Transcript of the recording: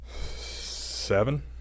seven